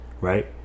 Right